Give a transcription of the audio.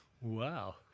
Wow